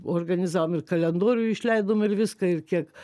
organizavom ir kalendorių išleidom ir viską ir kiek